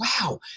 wow